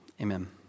amen